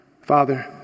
Father